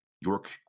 York